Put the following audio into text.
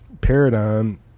paradigm